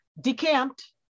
decamped